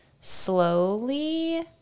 slowly